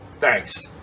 Thanks